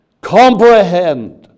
comprehend